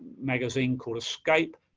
magazine called iescape